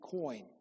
coin